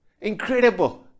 Incredible